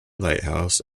lighthouse